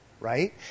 Right